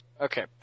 Okay